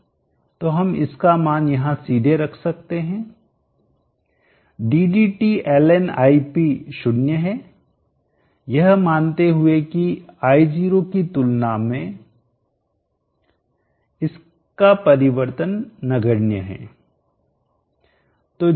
तो हम इसका मान यहां सीधे रख सकते हैं ddT 0 है यह मानते हुए कि I0 की तुलना में इसका परिवर्तन नगण्य हैं